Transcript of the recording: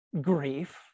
grief